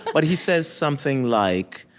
but he says something like,